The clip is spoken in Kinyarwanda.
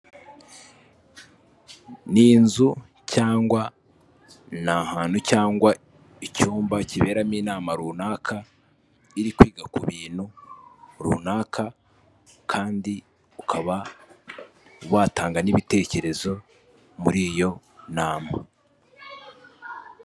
Ni inzu cyangwa ni ahantu cyangwa icyumba kiberamo inama runaka, iri kwiga ku bintu runaka kandi ukaba watanga n'ibitekerezo muri iyo nama.